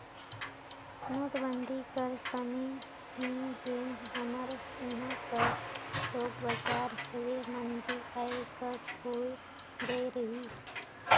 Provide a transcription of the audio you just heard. नोटबंदी कर समे में जेन हमर इहां कर थोक बजार हवे मंदी आए कस होए गए रहिस